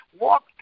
walked